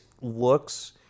looks